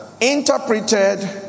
interpreted